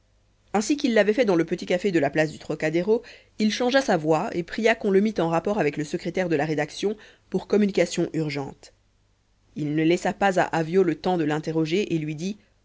ainsi qu'il l'avait fait dans le petit café de la place du trocadéro il changea sa voix et pria qu'on le mît en rapport avec le secrétaire de la rédaction pour communication urgente il ne laissa pas à avyot le temps de l'interroger et lui dit